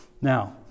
Now